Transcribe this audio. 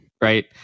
right